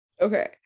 Okay